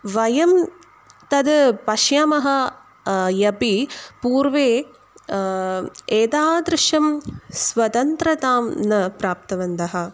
वयं तद् पश्यामः अपि पूर्वम् एतादृशं स्वतन्त्रतां न प्राप्तवन्तः